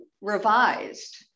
revised